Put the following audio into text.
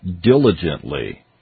diligently